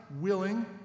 willing